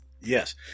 Yes